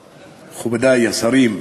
כמנהל שהיה לאורך השנים,